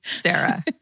Sarah